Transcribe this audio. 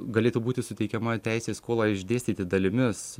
galėtų būti suteikiama teisė skolą išdėstyti dalimis